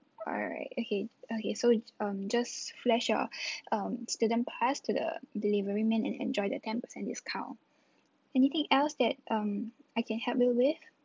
alright okay okay so um just flash your um student pass to the delivery man and enjoy the ten percent discount anything else that um I can help me with